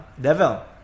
devil